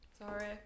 Sorry